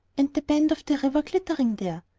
and the bend of the river glittering there!